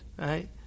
right